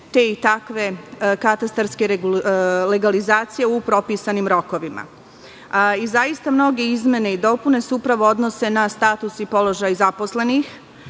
te i takve katastarske legalizacije u propisanim rokovima. Zaista mnoge izmene i dopune se upravo odnose na status i položaj zaposlenih,